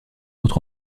autre